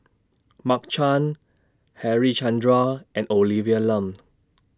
Mark Chan Harichandra and Olivia Lum